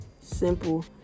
Simple